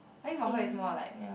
I mean for her is more like